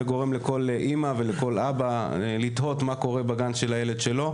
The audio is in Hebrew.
וגורם לכל אימא ולכל אבא לתהות מה קורה בגן של ילדו.